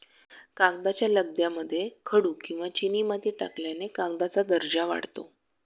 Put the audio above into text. कागदाच्या लगद्यामध्ये खडू किंवा चिनीमाती टाकल्याने कागदाचा दर्जा वाढतो